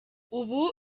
ubu